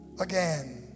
again